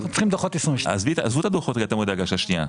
תעזבו את הדוחות ומועדי הגשה שנייה,